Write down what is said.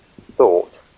thought